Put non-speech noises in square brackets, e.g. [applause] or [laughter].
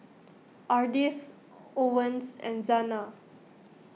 [noise] Ardith Owens and Zana